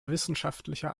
wissenschaftlicher